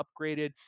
upgraded